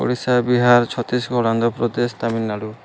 Odisha Bihar Chhattisgarh Andhra Pradesh Tamil Nadu